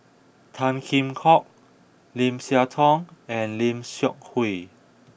Tan Kheam Hock Lim Siah Tong and Lim Seok Hui